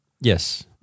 Yes